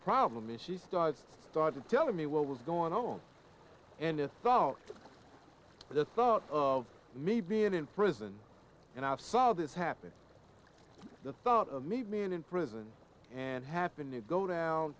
problem if she starts started telling me what was going on and a thought but the thought of me being in prison and i saw this happen the thought of me being in prison and happened to go down